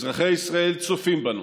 אזרחי ישראל צופים בנו.